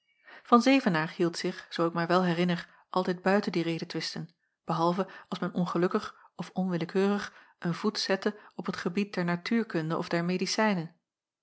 van zevenaer hield zich zoo ik mij wel herinner altijd buiten die redetwisten behalve als men ongelukkig of onwillekeurig een voet zette op het gebied der natuurkunde of der medicijnen